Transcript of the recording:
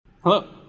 Hello